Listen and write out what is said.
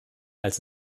als